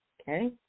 Okay